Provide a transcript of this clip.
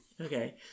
Okay